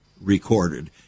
recorded